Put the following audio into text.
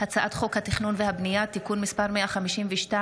הצעת חוק התכנון והבנייה (תיקון מס' 152),